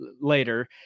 later